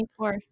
24